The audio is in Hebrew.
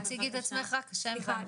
תציגי את עצמך, בבקשה.